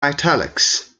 italics